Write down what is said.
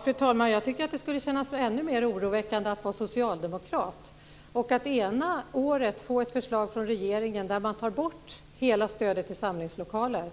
Fru talman! Jag tycker att det skulle kännas ännu mer oroväckande att vara socialdemokrat och ena året få ett förslag från regeringen där man tar bort hela stödet till samlingslokaler.